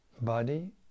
body